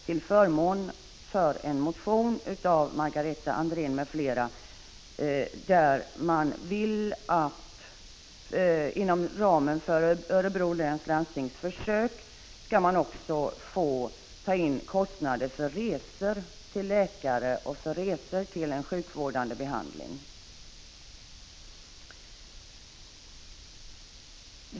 1985/86:48 förmån för en motion av Margareta Andrén m.fl., där det föreslås att man — 10 december 1985 inom ramen för Örebro läns landstings försök skall få ta in kostnader för Qoademr resor till läkare och för resor till sjukvårdande behandling.